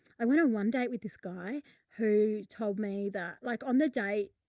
i went on one date with this guy who told me that, like on the date.